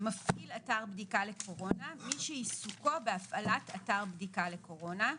"מפעיל אתר בדיקה לקורונה" מי שעיסוקו בהפעלת אתר בדיקה לקורונה,